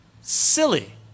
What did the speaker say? silly